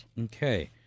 okay